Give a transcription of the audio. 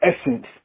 essence